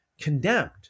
condemned